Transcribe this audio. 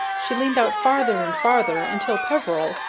she leaned out farther and farther, until peveril,